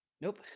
nope